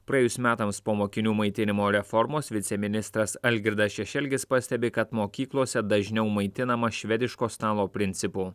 praėjus metams po mokinių maitinimo reformos viceministras algirdas šešelgis pastebi kad mokyklose dažniau maitinama švediško stalo principu